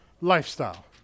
lifestyle